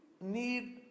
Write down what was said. need